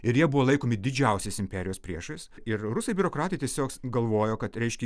ir jie buvo laikomi didžiausiais imperijos priešais ir rusai biurokratai tiesiog galvojo kad reiškia